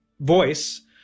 voice